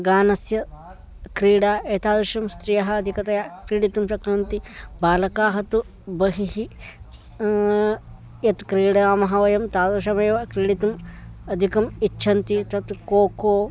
गानस्य क्रीडा एतादृशं स्त्रियः अधिकतया क्रीडितुं शक्नुवन्ति बालकाः तु बहिः यत् क्रीडामः वयं तादृशमेव क्रीडितुम् अधिकम् इच्छन्ति तत् खोखो